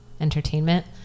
entertainment